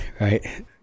right